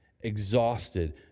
exhausted